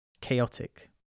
chaotic